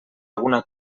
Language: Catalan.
alguna